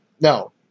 No